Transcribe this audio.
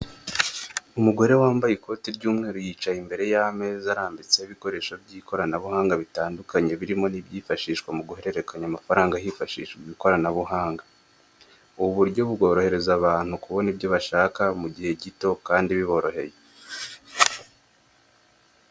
Umugore wambaye ikote ry'umweru yicaye imbere y'ameza, arambitseho ibikoresho by'ikoranabuhanga bitandukanye birimo n'ibyifashishwa mu guhererekanya amafaranga hifashishijwe ikoranabuhanga, ubu buryo bworohereza abantu, kubona ibyo bashaka mu gihe gito kandi boboroheye.